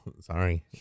sorry